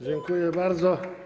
Dziękuję bardzo.